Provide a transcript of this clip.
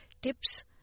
tips